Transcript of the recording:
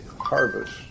harvest